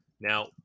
Now